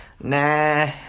nah